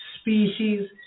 species